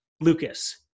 Lucas